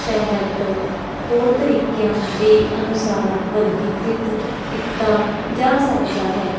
ਤਹਿਤ ਹੋਰ ਤਰੀਕਿਆਂ ਦੇ ਅਨੁਸਾਰ ਵਰਗੀਕ੍ਰਿਤ ਕੀਤਾ ਜਾ ਸਕਦਾ ਹੈ